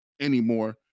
anymore